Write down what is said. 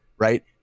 right